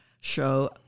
show